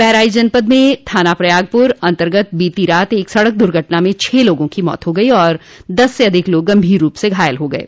बहराइच जनपद में थाना पयागपुर अन्तर्गत बीती रात एक सड़क द्र्घटना में छह लोगों की मौत हो गई और वहीं दस से अधिक लोग गंभीर रूप से घायल हो गये